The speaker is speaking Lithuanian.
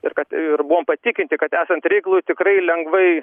ir kad ir buvom patikinti kad esant reikalui tikrai lengvai